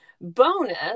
Bonus